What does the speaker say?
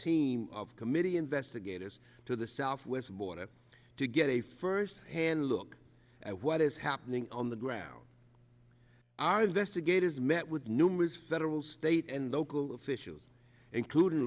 team of committee investigators to the southwest border to get a firsthand look at what is happening on the ground our investigators met with numerous federal state and local officials including